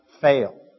fail